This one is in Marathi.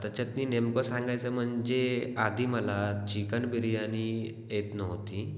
त्याच्यानं नेमकं सांगायचं म्हणजे आधी मला चिकन बिर्यानी येत नव्हती